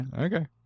okay